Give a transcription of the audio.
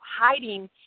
hiding